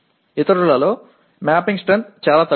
ఇతరులలో mapping strength చాలా తక్కువ